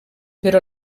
però